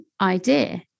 idea